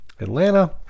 Atlanta